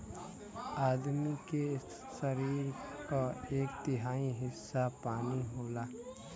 आदमी के सरीर क एक तिहाई हिस्सा पानी होला